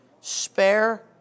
Spare